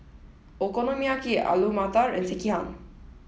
Okonomiyaki Alu Matar and Sekihan